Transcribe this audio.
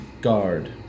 Guard